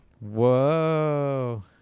Whoa